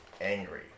angry